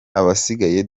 abasigaye